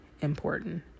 important